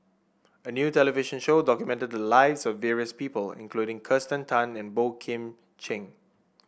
a new television show documented the lives of various people including Kirsten Tan and Boey Kim Cheng